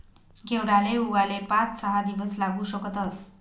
घेवडाले उगाले पाच सहा दिवस लागू शकतस